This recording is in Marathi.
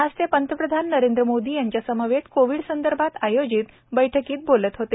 आज ते पंतप्रधान नरेंद्र मोदी यांच्यासमवेत कोविडसंदर्भात आयोजित बैठकीत बोलत होते